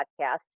podcast